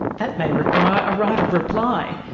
that may require a right of reply.